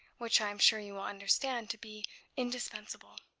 which i am sure you will understand to be indispensable.